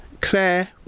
Claire